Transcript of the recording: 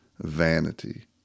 vanity